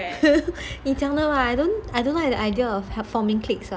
你讲的 [what] I don't like the idea of forming cliques [what]